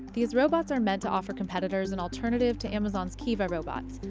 these robots are meant to offer competitors an alternative to amazon's kiva robots,